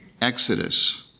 Exodus